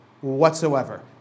Whatsoever